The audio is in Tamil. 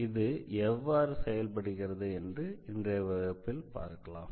இது எவ்வாறு செயல்படுகிறது என்று இன்றைய வகுப்பில் பார்க்கலாம்